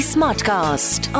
Smartcast